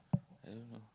I don't know